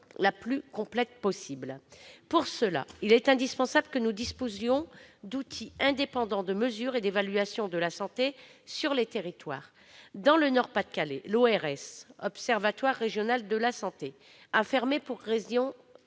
la plus complète possible, il est indispensable que nous disposions d'outils indépendants de mesure et d'évaluation de la santé sur les territoires. Dans le Nord-Pas-de-Calais, l'Observatoire régional de la santé a fermé pour raisons